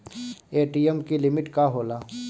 ATM की limit का होला?